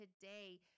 today